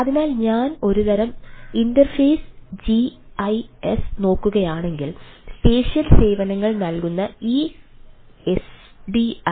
അതിനാൽ ഞാൻ ഒരുതരം ഇന്റർഫേസ് ജിഐഎസ് നോക്കുകയാണെങ്കിൽ സ്പേഷ്യൽ സേവനങ്ങൾ നൽകുന്ന ഈ എസ്ഡിഐ